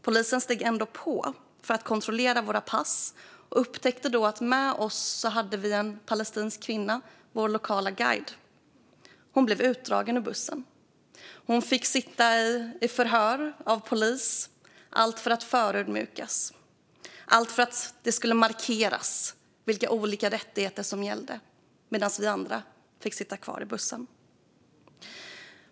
Polisen steg ändå på för att kontrollera våra pass och upptäckte då att vi hade en palestinsk kvinna med oss, vår lokala guide. Hon blev utdragen ur bussen och fick sitta i polisförhör, allt för att förödmjukas, allt för att det skulle markeras vilka olika rättigheter som gällde. Vi andra fick sitta kvar i bussen.